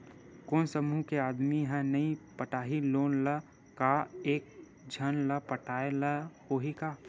कोन समूह के आदमी हा नई पटाही लोन ला का एक झन ला पटाय ला होही का?